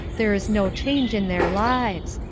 there is no change in their lives.